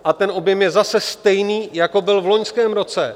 A ten objem je zase stejný, jako byl v loňském roce.